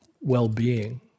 well-being